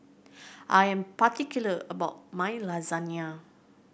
I am particular about my Lasagne